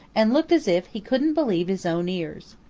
and looked as if he couldn't believe his own ears.